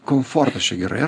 komfortas čia gerai